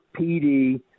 PD